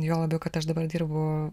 juo labiau kad aš dabar dirbu